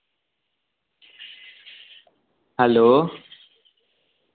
hello